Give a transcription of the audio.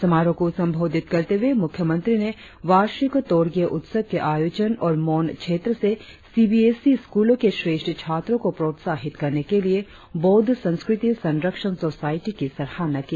समारोह को संबोधित करते हुए मुख्यमंत्री ने वार्षिक तोर्गीय उत्सव के आयोजन और मोन क्षेत्र से सी बी एस ई स्कूलों के श्रेष्ठ छात्रों को प्रोत्साहित करने के लिए बौद्ध संस्कृति संरक्षण सोसायटी की सराहना की